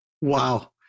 Wow